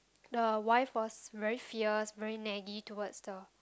the wife was very fierce very naggy towards the